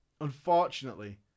unfortunately